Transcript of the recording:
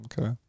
Okay